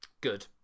good